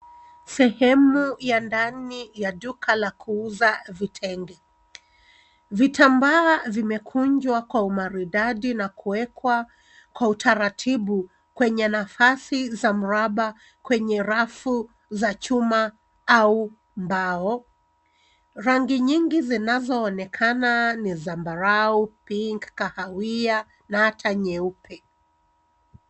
Sehemu ya ndani ya duka la kuuza vitenge. Vitambaa vimekunjwa kwa umaridadi na kuekwa kwa utaratibu kwenye nafasi za mraba kwenye rafu za chuma au mbao. Rangi nyingi zinazoonekana ni zambarau, pink , kahawia, na hata nyeupe.